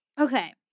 Okay